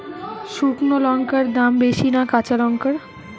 শুক্নো লঙ্কার দাম বেশি না কাঁচা লঙ্কার?